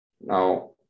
Now